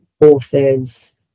authors